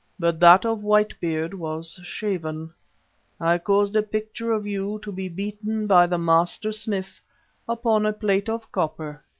but that of white beard was shaven. i caused a picture of you to be beaten by the master-smith upon a plate of copper.